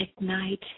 ignite